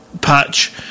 patch